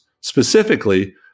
specifically